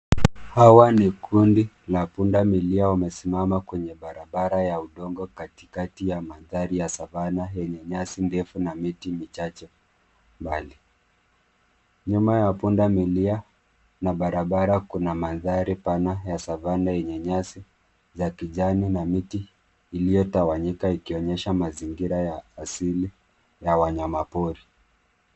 Hawa ni kundi la pundamilia wamesimama kwenye barabara ya udongo katikati ya mandhari ya savana yenye nyasi ndefu na miti michache mbali. Nyuma ya pundamilia na barabara kuna mandhari pana ya savana yenye nyasi za kijani na miti iliyotawanyika ikionyesha mazingira ya asili ya wanyama pori.